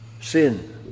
sin